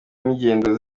n’ingendo